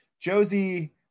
Josie